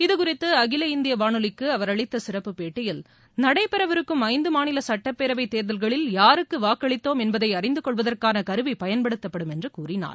இதுகுறித்து அகில இந்திய வானொலிக்கு அவர் அளித்த சிறப்பு பேட்டியில் நடைபெறவிருக்கும் ஐந்து மாநில சட்டப்பேரவைத் தேர்தல்களில் யாருக்கு வாக்களித்தோம் என்பதை அறிந்து கொள்வதற்கான கருவி பயன்படுத்தப்படும் என்று கூறினார்